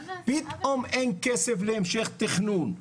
פתאום אין כסף להמשך תכנון.